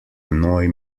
annoy